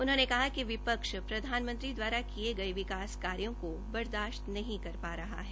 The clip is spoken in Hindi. उन्होंने कहा कि विपक्ष प्रधानमंत्री द्वारा किए गए विकास कार्यों को बर्दाश्त नहीं कर पा रहा है